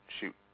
shoot